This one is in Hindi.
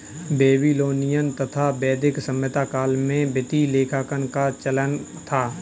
बेबीलोनियन तथा वैदिक सभ्यता काल में वित्तीय लेखांकन का चलन था